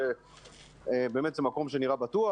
כי באמת זה מקום שנראה בטוח,